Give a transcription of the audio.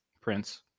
prince